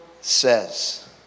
says